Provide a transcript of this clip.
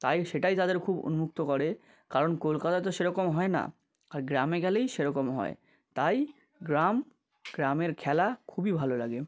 তাই সেটাই তাদের খুব উন্মুক্ত করে কারণ কলকাতায় তো সেরকম হয় না আর গ্রামে গেলেই সেরকম হয় তাই গ্রাম গ্রামের খেলা খুবই ভালো লাগে